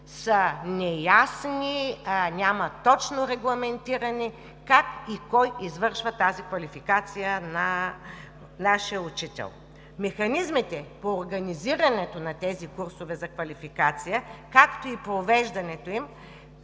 са неясни, няма точно регламентиране как и кой извършва тази квалификация на нашия учител. Механизмите по организирането на тези курсове за квалификация, както и провеждането им,